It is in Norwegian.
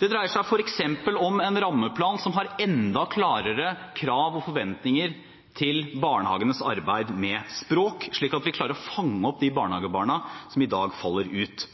Det dreier seg f.eks. om en rammeplan som har enda klarere krav og forventninger til barnehagenes arbeid med språk, slik at vi klarer å fange opp de barnehagebarna som i dag faller ut.